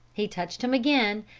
he touched him again,